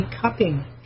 cupping